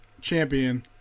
champion